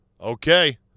Okay